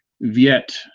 Viet